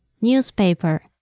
newspaper